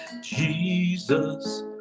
Jesus